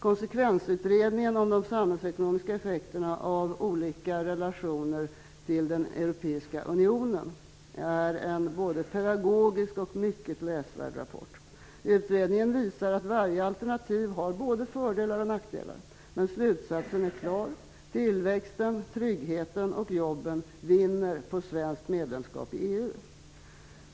Konsekvensutredningen om de samhällsekonomiska effekterna av olika relationer till Europeiska unionen är en både pedagogisk och mycket läsvärd rapport. Utredningen visar att varje alternativ har både fördelar och nackdelar. Men slutsatsen är klar: Tillväxten, tryggheten och jobben vinner på ett svenskt medlemskap i EU.